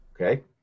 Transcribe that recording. Okay